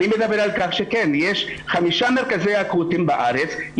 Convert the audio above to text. אני מדבר על כך שיש חמישה מרכזים אקוטיים בארץ,